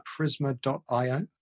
prisma.io